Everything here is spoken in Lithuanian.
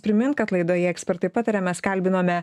primint kad laidoje ekspertai pataria mes kalbinome